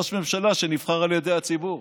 ראש ממשלה שנבחר על ידי הציבור